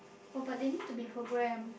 oh but they need to be programmed